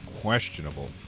questionable